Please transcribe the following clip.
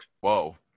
Whoa